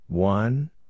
One